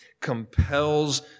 compels